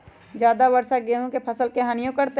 ज्यादा वर्षा गेंहू के फसल के हानियों करतै?